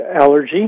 allergy